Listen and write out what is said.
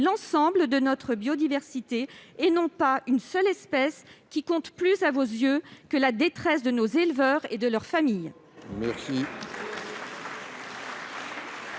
l'ensemble de notre biodiversité, et non pas une seule espèce, qui compte plus à vos yeux que la détresse de nos éleveurs et de leurs familles. La